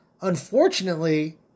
unfortunately